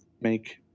make